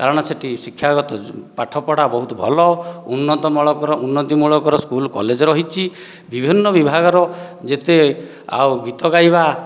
କାରଣ ସେହିଠି ଶିକ୍ଷାଗତ ପାଠପଢ଼ା ବହୁତ ଭଲ ଉନ୍ନତ ମଳକର ଉନ୍ନତି ମୂଳକର ସ୍କୁଲ କଲେଜ ରହିଛି ବିଭିନ୍ନ ବିଭାଗର ଯେତେ ଆଉ ଗୀତ ଗାଇବା